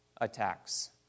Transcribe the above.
attacks